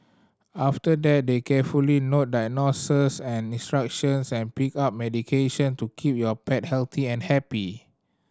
after that they carefully note diagnoses and instructions and pick up medication to keep your pet healthy and happy